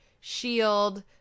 Shield